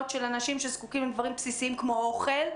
של אנשים שזקוקים לדברים בסיסיים כמו אוכל,